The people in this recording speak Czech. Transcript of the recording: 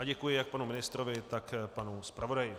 Děkuji jak panu ministrovi, tak panu zpravodaji.